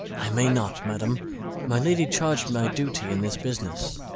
i may not, madam my lady charg'd my duty in this business.